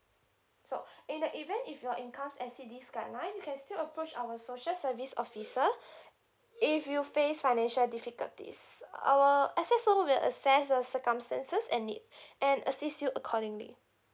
so in the event if your income exceed this guideline you can still approach our social service officer if you face financial difficulties I will assess someone will assess your circumstances and need and assist you accordingly